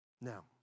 Now